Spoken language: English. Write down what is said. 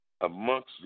amongst